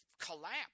collapse